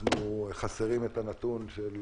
אנחנו חסרים את הנתון של